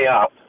up